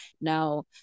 Now